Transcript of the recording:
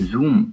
Zoom